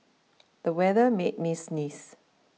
the weather made me sneeze